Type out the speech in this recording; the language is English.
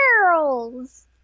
girls